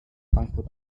frankfurt